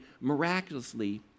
miraculously